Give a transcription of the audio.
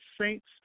saints